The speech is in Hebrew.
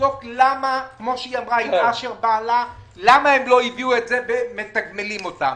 לבדוק למה הם לא הביאו את זה ומתגמלים אותם.